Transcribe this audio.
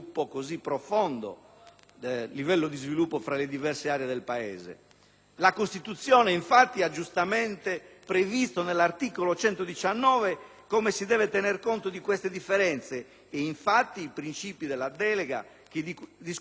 livello di sviluppo tra le diverse aree del Paese davvero profondo. La Costituzione ha giustamente previsto all'articolo 119 come si deve tener conto di queste differenze e infatti i principi della delega di cui discutiamo si articolano